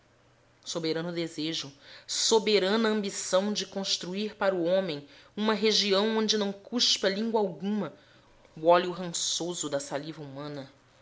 soberano desejo soberana ambição de construir para o homem uma região onde não cuspa língua alguma o óleo rançoso da saliva humana